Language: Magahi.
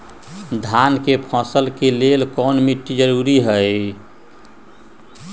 धान के फसल के लेल कौन मिट्टी जरूरी है?